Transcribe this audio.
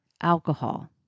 alcohol